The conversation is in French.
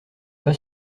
pas